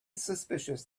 suspicious